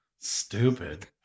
Stupid